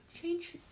Change